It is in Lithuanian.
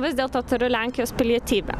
vis dėlto turiu lenkijos pilietybę